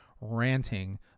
ranting